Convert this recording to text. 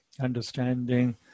understanding